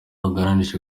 haganiriwe